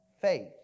Faith